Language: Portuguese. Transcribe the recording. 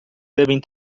devem